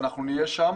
אנחנו נהיה שם